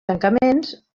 tancaments